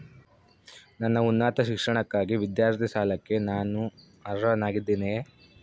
ನನ್ನ ಉನ್ನತ ಶಿಕ್ಷಣಕ್ಕಾಗಿ ವಿದ್ಯಾರ್ಥಿ ಸಾಲಕ್ಕೆ ನಾನು ಅರ್ಹನಾಗಿದ್ದೇನೆಯೇ?